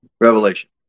Revelation